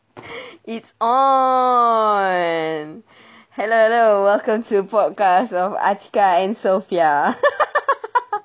it's on and hello hello welcome to podcast of atiqah and sophia